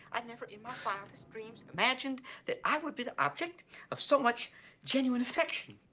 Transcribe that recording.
i never in my wildest dreams imagined that i would be the object of so much genuine affection.